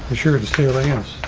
sure to see lance.